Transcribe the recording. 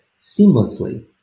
seamlessly